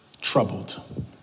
troubled